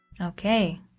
Okay